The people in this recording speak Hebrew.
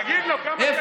תגיד לו כמה כסף נתתם.